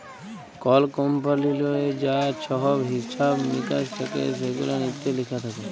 call কমপালিললে যা ছহব হিছাব মিকাস থ্যাকে সেগুলান ইত্যে লিখা থ্যাকে